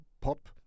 pop